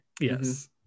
yes